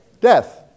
Death